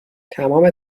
تمام